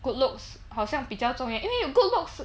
good looks 好像比较重要因为 good looks